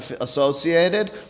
associated